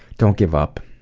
don't give up.